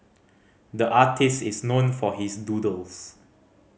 the artist is known for his doodles